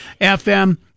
FM